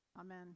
Amen